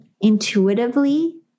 intuitively